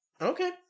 Okay